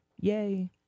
Yay